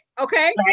okay